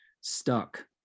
stuck